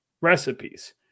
recipes